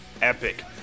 epic